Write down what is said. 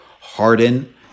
Harden